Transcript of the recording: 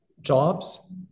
jobs